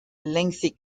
lengthy